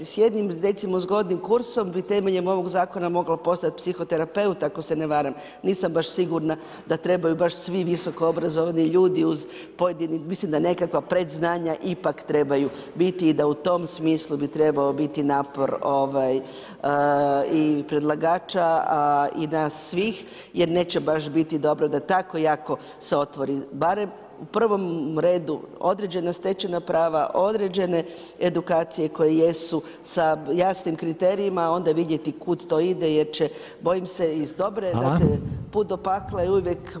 I s jednim recimo zgodnim kursom bi temeljem ovog zakona mogao postati psihoterapeut ako se ne varam, nisam baš sigurna da trebaju baš svi visokoobrazovani ljudi uz pojedina, mislim da nekakva predznanja ipak trebaju biti i da u tom smislu bi trebao biti napor i predlagača a i nas svih jer neće baš biti dobro da tako jako se otvori, barem u prvom redu određena stečajna prava, određene edukacije koje jesu sa jasnim kriterijima a onda vidjeti kuda to ide jer će bojim se iz dobre, znate put do pakla je uvijek popločen dobrim namjerama.